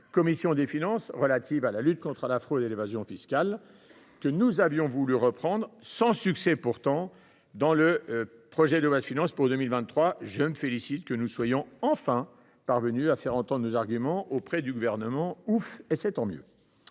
commission des finances relative à la lutte contre la fraude et l’évasion fiscales, que nous avions voulu reprendre, sans succès alors, dans le projet de loi de finances pour 2023. Je me félicite que nous soyons enfin parvenus à faire entendre nos arguments au Gouvernement. Deuxièmement, nous